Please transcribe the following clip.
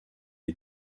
est